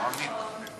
בעברית ביטוי "שוב פעם".